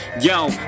Yo